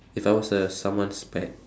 if I was a someone's pet